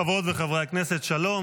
חברות וחברי הכנסת, שלום.